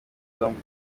zombi